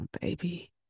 baby